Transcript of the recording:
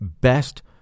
best